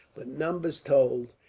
but numbers told,